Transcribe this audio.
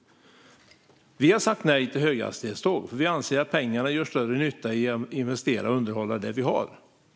Vi har sagt nej till höghastighetståg, för vi anser att pengarna gör större nytta i investeringar för att underhålla det Sverige har.